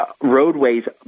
roadways